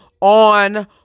on